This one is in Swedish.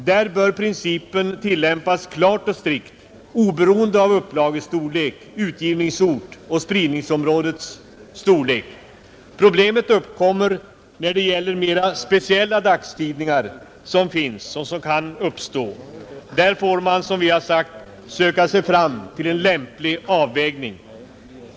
För dem bör principen tillämpas strikt oberoende av upplagestorlek, utgivningsort och spridningsområdets storlek. Problemet uppkommer när det gäller de mer speciella dagstidningar som nu finns eller som kan uppstå. Där får man, har vi sagt, söka sig fram till en lämplig avvägning.